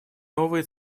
новые